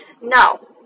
No